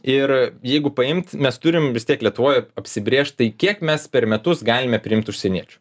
ir jeigu paimt mes turim vis tiek lietuvoj apsibrėžt kiek mes per metus galime priimti užsieniečių